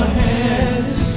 hands